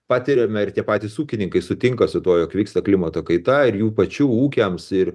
patiriame ir tie patys ūkininkai sutinka su tuo jog vyksta klimato kaita ir jų pačių ūkiams ir